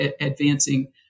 advancing